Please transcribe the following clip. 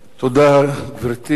תודה לך, גברתי.